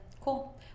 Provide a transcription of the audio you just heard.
Cool